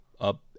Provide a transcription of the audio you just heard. up